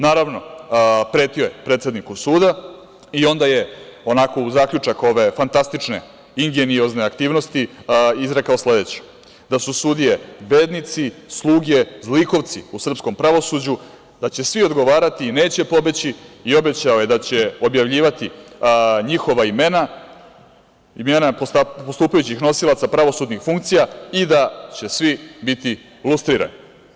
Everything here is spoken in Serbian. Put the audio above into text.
Naravno, pretio je predsedniku suda i onda je uz zaključak ove fantastične ingeniozne aktivnosti izrekao sledeće – da su sudije bednici, sluge, zlikovci u srpskom pravosuđu, da će svi odgovarati, da neće pobeći, obećao je da objavljivati njihova imena, imena postupajućih nosilaca pravosudnih funkcija i da će svi biti lustrirani.